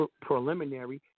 preliminary